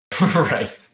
Right